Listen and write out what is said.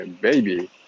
baby